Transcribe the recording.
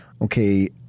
Okay